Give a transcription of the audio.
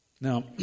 Now